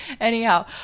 anyhow